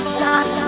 time